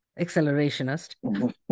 accelerationist